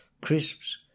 crisps